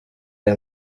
aya